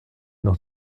noch